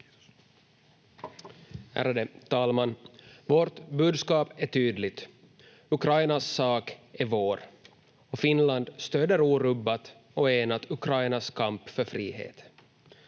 varsågod. Ärade talman! Vårt budskap är tydligt. Ukrainas sak är vår och Finland stöder orubbat och enat Ukrainas kamp för frihet.